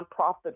nonprofit